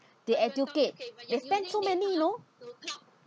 they educate they spent so many you know